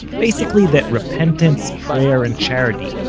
basically that repentance, prayer and charity,